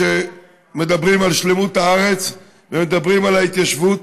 שמדברים על שלמות הארץ ומדברים על ההתיישבות,